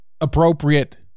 appropriate